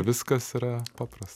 viskas yra paprasta